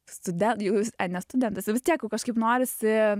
studen jau vis ai ne studentas jau vis tiek jau kažkaip norisi